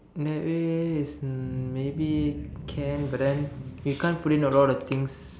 that way is um maybe can but then you can't put in a lot of things